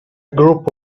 group